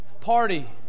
party